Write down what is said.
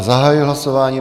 Zahajuji hlasování.